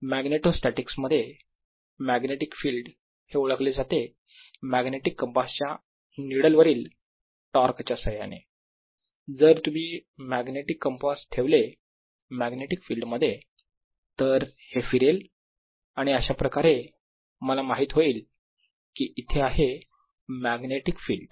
magnetostatics मध्ये magnetic field हे ओळखले जाते मॅग्नेटिक कंपास च्या नीडल वरील टॉर्क च्या साह्याने जर तुम्ही मॅग्नेटिक कंपास ठेवले मॅग्नेटिक फिल्ड मध्ये तर हे फिरेल आणि अशा प्रकारे मला माहित होईल की इथे आहे मॅग्नेटिक फिल्ड